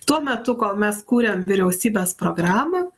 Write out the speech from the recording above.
tuo metu kol mes kūrėm vyriausybės programą